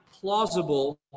plausible